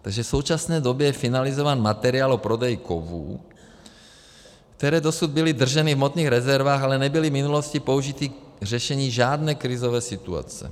Takže v současné době je finalizován materiál o prodeji kovů, které dosud byly drženy v hmotných rezervách, ale nebyly v minulosti použity k řešení žádné krizové situace.